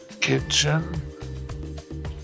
Kitchen